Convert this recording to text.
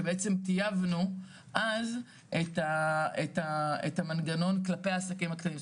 שבעצם טייבנו אז את המנגנון כלפי העסקים הקטנים.